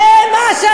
זה לא כדורגל.